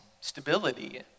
stability